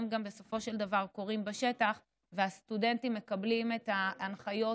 בסופו של דבר גם קורים בשטח והסטודנטים מקבלים את ההנחיות